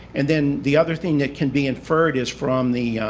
and then the other thing that can be inferred is from the